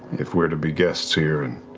if we're to be guests here and